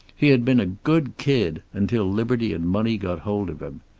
he had been a good kid, until liberty and money got hold of him.